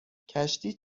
کشتی